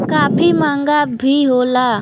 काफी महंगा भी होला